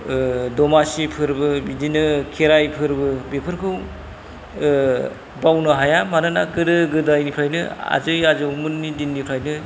दमासि फोरबो बिदिनो खेराइ फोरबो बेफोरखौ बावनो हाया मानोना गोदो गोदायनिफ्रायनो आजै आजौमोननि दिनिफ्रायनो